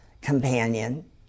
companion